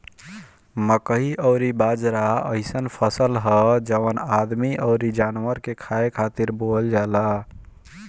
मकई अउरी बाजरा अइसन फसल हअ जवन आदमी अउरी जानवर के खाए खातिर बोअल जाला